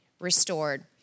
restored